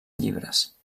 llibres